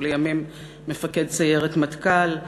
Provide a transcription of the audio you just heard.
ולימים מפקד סיירת מטכ"ל,